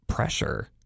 pressure